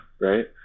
right